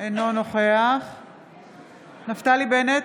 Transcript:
אינו נוכח נפתלי בנט,